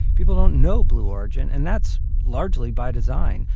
people don't know blue origin and that's largely by design.